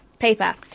Paper